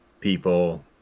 people